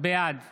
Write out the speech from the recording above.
בעד